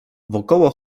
wokoło